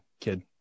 kid